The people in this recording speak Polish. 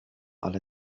ale